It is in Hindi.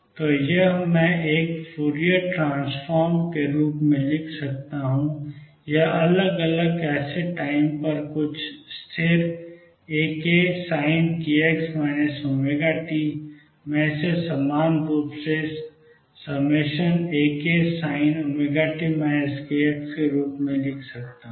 तो यह मैं एक फूरियर ट्रांसफॉर्म के रूप में लिख सकता हूं या अलग अलग केस टाइम पर कुछ स्थिर AkSinkx ωt मैं इसे समान रूप से AkSinωt kx के रूप में लिख सकता हूं